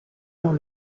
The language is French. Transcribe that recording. dans